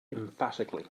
emphatically